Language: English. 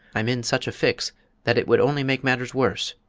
i'm in such a fix that it would only make matters worse.